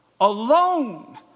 Alone